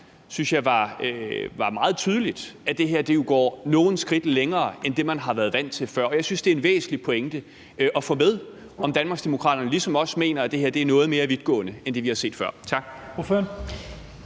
frem, var meget tydeligt, at man med det her går nogle skridt længere end det, man før har været vant til. Jeg synes, det er en væsentlig pointe at få med, om Danmarksdemokraterne ligesom os mener, at det her er noget mere vidtgående end det, vi før har set. Tak.